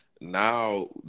now